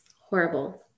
horrible